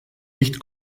nicht